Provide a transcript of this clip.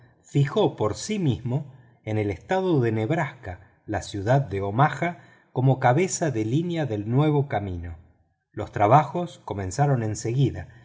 fijó por sí mismo en el estado de nebraska la ciudad de omaha como cabeza de línea del nuevo camino los trabajos comenzaron enseguida